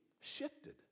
shifted